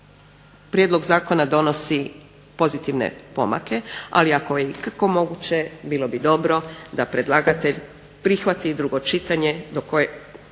prijedlog zakona donosi pozitivne pomake, ali ako je ikako moguće bilo bi dobro da predlagatelj prihvati drugo čitanje i u